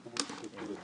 התקנות אושרו.